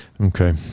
Okay